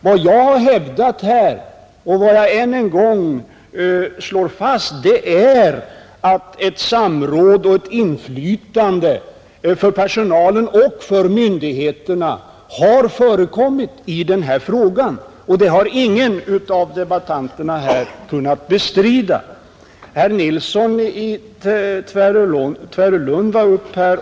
Vad jag har hävdat och än en gång slår fast är att samråd med personalen och myndigheterna har förekommit i denna fråga och att de haft möjlighet att utöva inflytande. Det har ingen av debattörerna kunnat bestrida.